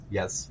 Yes